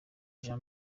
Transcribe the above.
jean